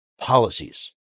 policies